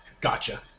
Gotcha